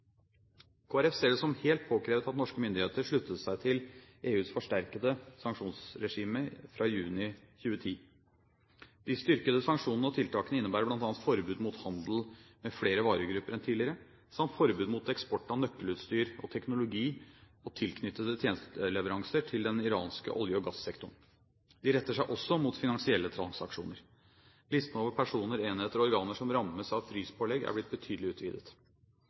ser det som helt påkrevd at norske myndigheter sluttet seg til EUs forsterkede sanksjonsregime fra juni 2010. De styrkede sanksjonene og tiltakene innebærer bl.a. forbud mot handel med flere varegrupper enn tidligere samt forbud mot eksport av nøkkelutstyr og -teknologi og tilknyttede tjenesteleveranser til den iranske olje- og gassektoren. De retter seg også mot finansielle transaksjoner. Listen over personer, enheter og organer som rammes av fryspålegg, er blitt betydelig utvidet.